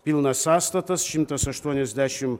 pilnas sąstatas šimtas aštuoniasdešim